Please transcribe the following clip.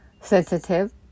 sensitive